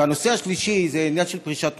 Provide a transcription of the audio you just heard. והנושא השלישי זה העניין של פרישת נשים.